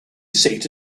seat